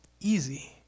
easy